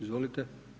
Izvolite.